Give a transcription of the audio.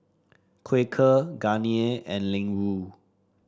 Quaker Garnier and Ling Wu